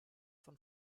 von